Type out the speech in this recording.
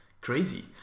crazy